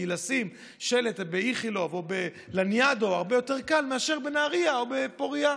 כי לשים שלט באיכילוב או בלניאדו הרבה יותר קל מאשר בנהריה או בפורייה,